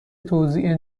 توزیع